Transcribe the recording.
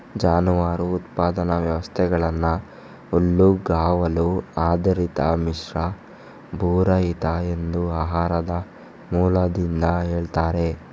ಜಾನುವಾರು ಉತ್ಪಾದನಾ ವ್ಯವಸ್ಥೆಗಳನ್ನ ಹುಲ್ಲುಗಾವಲು ಆಧಾರಿತ, ಮಿಶ್ರ, ಭೂರಹಿತ ಎಂದು ಆಹಾರದ ಮೂಲದಿಂದ ಹೇಳ್ತಾರೆ